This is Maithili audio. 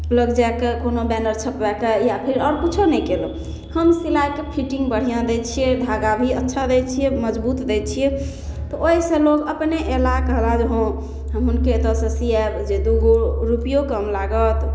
लग जाके कोनो बैनर छपवाके या फेर आओर किछु नहि कएलहुँ हम सिलाइके फिटिन्ग बढ़िआँ दै छिए धागा भी अच्छा दै छिए मजबूत दै छिए तऽ ओहिसे लोक अपने अएला कहलाह जे हँ हम हुनके ओतऽसे सिआएब जे दुइगो रुपैओ कम लागत